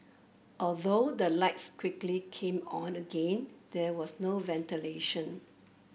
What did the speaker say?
although the lights quickly came on again there was no ventilation